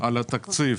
על התקציב,